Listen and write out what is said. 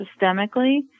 systemically